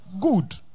Good